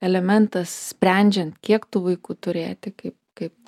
elementas sprendžiant kiek tų vaikų turėti kaip kaip